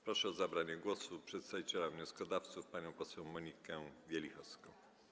Proszę o zabranie głosu przedstawiciela wnioskodawców panią poseł Monikę Wielichowską.